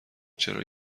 چرا